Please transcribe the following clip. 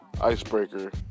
icebreaker